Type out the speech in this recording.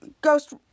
ghost